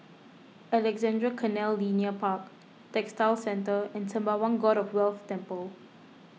Alexandra Canal Linear Park Textile Centre and Sembawang God of Wealth Temple